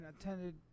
attended